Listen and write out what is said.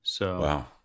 Wow